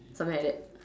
something like that